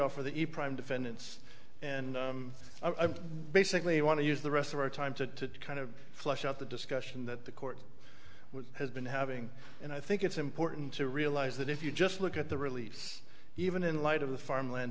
for the e prime defendants and i'm basically want to use the rest of our time to kind of flush out the discussion that the court has been having and i think it's important to realize that if you just look at the release even in light of the farmland